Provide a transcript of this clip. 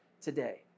today